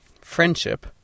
Friendship